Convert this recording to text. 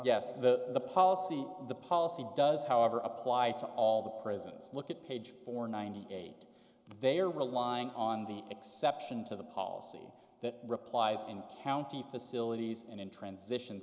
yes the policy the policy does however apply to all the prisons look at page four ninety eight they are relying on the exception to the policy that replies in county facilities and in transition